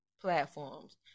platforms